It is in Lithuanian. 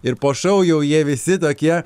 ir po šau jau jie visi tokie